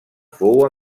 fou